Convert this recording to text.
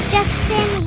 Justin